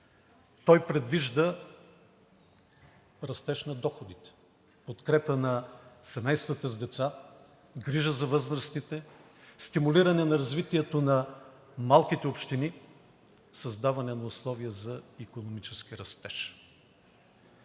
той предвижда растеж на доходите, подкрепа на семействата с деца, грижа за възрастните, стимулиране на развитието на малките общини, създаване на условия за икономически растеж.